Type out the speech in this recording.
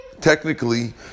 technically